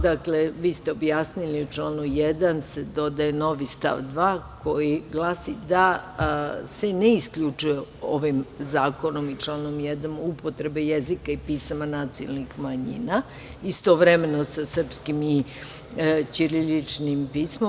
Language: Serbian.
Dakle, vi ste objasnili, u članu 1. se dodaje novi stav 2. koji glasi da se ne isključuje ovim zakonom i članom 1. upotreba jezika i pisama nacionalnih manjina istovremeno sa srpskim i ćiriličkim pismom.